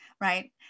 right